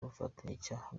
ubufatanyacyaha